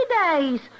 days